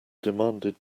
demanded